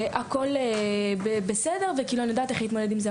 שהכול בסדר וכאילו אני יודעת איך להתמודד עם זה,